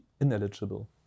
ineligible